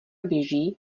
běží